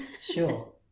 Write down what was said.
sure